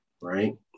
right